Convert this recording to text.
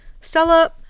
Stella